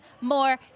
more